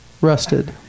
rusted